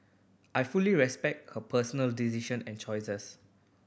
I fully respect her personal decision and choices